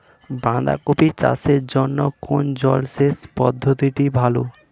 বাঁধাকপি চাষের জন্য কোন জলসেচ পদ্ধতিটি ভালো?